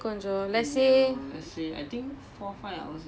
I don't know lah I think